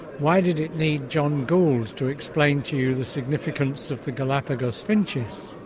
why did it need john gould to explain to you the significance of the galapagos finches?